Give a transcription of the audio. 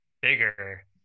bigger